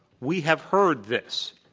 we have heard this,